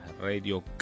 Radio